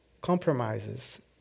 compromises